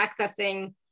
accessing